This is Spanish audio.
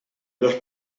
los